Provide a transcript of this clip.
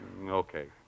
okay